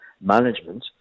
management